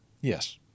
Yes